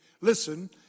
listen